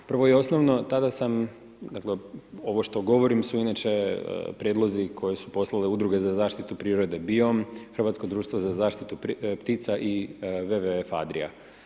Prvo i osnovno tada sam, ovo što govorim su inače prijedlozi koje su poslale udruge za zaštitu prirode BIOM, Hrvatsko društvo za zaštitu ptica i WWF Adria.